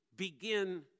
begin